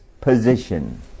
position